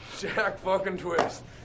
jack-fucking-twist